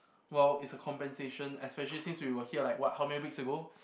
well it's a compensation especially since we were here like what how many weeks ago